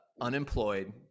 unemployed